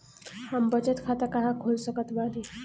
हम बचत खाता कहां खोल सकत बानी?